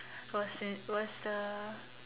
was in was the